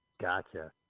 Gotcha